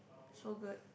so good